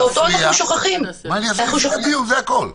עד כאן.